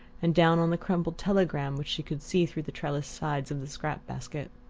and down on the crumpled telegram which she could see through the trellised sides of the scrap-basket.